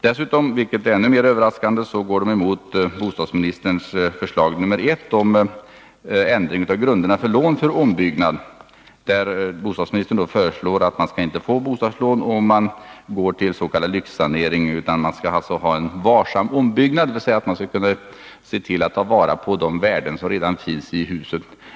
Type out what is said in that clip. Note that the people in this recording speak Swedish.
Dessutom — vilket är ännu mer överraskande — går de emot bostadsministerns första förslag om ändring av grunderna för lån för ombyggnad, där bostadsministern föreslår att man inte skall få bostadslån till s.k. lyxsanering, utan man skall göra varsamma ombyggnader — dvs. ta till vara de värden som redan finns i huset.